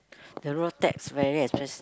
the road tax very expensive